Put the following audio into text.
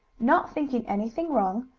not thinking anything wrong,